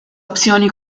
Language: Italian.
opzioni